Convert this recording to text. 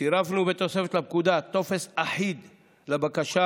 צירפנו בתוספת לפקודה טופס אחיד לבקשה